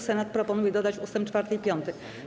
Senat proponuje dodać ust. 4 i 5.